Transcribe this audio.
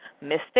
Mystic